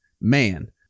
man